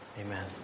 Amen